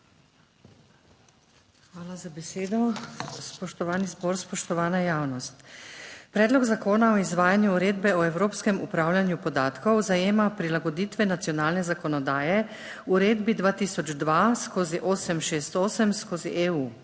Hvala za besedo. Spoštovani zbor, spoštovana javnost! Predlog zakona o izvajanju Uredbe o evropskem upravljanju podatkov zajema prilagoditve nacionalne zakonodaje uredbi 2002/868/EU,